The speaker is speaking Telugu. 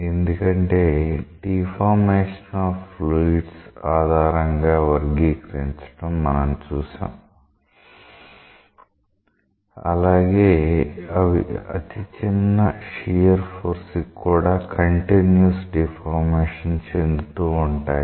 ఎందుకంటే డిఫార్మేషన్ ఆఫ్ ఫ్లూయిడ్స్ ఆధారంగా వర్గీకరించడం మనం చూశాం అలాగే అవి అతి చిన్న షియర్ ఫోర్స్ కి కూడా కంటిన్యూయస్ డిఫార్మేషన్ చెందుతూ ఉంటాయి